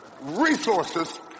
resources